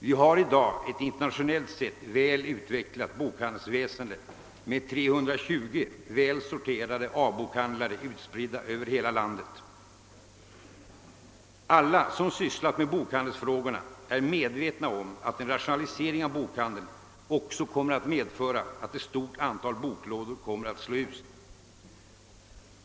Vi har i dag ett internationellt sett väl utvecklat bokhandelsväsende med 320 välsorterade A-boklådor utspridda över hela landet. Alla som sysslat med bokhandelsfrågor är medvetna om att en rationalisering av bokhandeln också kommer att medföra att ett stort antal boklådor kommer att slås ut.